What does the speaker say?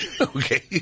Okay